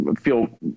feel